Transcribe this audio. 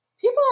people